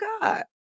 God